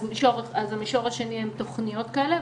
אז המישור השני הוא תוכניות כאלה.